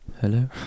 Hello